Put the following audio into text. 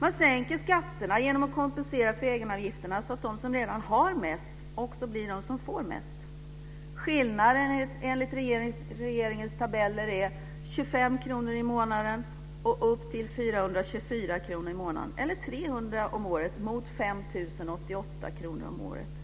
Man sänker skatterna genom att kompensera för egenavgifterna så att de som redan har mest också blir de som får mest. Enligt regeringens tabeller är skillnaden 25 kr i månaden upp till 424 kr i månaden eller 300 kr om året mot 5 088 kr om året.